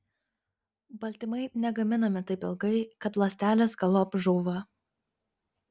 baltymai negaminami taip ilgai kad ląstelės galop žūva